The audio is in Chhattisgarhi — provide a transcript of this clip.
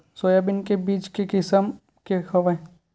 सोयाबीन के बीज के किसम के हवय?